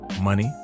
Money